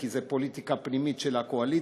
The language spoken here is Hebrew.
כי זו פוליטיקה פנימית של הקואליציה,